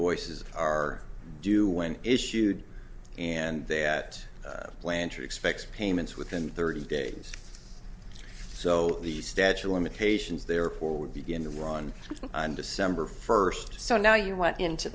voices are due when issued and that planter expects payments within thirty days so the statue imitations therefore would begin the run on december first so now you want into